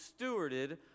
stewarded